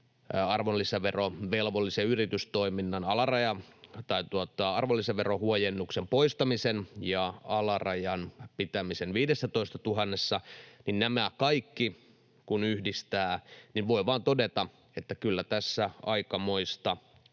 arvonlisäverovelvollisen yritystoiminnan arvonlisäverohuojennuksen poistamisen ja alarajan pitämisen 15 000:ssa, niin kun yhdistää nämä kaikki, voi vain todeta, että kyllä tässä aikamoista